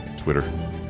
Twitter